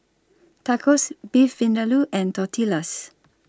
Tacos Beef Vindaloo and Tortillas